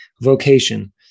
vocation